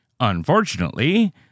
Unfortunately